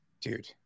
dude